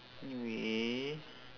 anyway